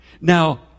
Now